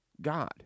God